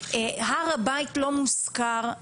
הר הבית לא מוזכר,